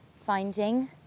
finding